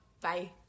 Bye